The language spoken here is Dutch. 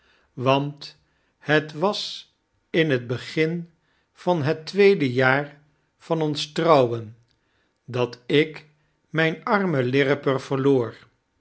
want het was in het begin van het tweede jaar van ons trouwen dat ik myn armen lirriper verloor